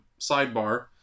sidebar